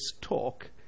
talk